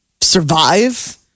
survive